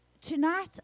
Tonight